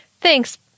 thanks